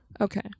okay